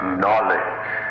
knowledge